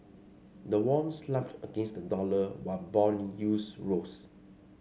the won slumped against the dollar while bond yields rose